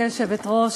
גברתי היושבת-ראש,